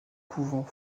couvent